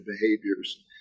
behaviors